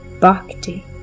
Bhakti